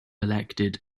elected